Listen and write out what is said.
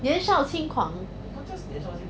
年少轻狂